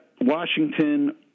Washington